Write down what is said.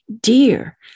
dear